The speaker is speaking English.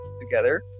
together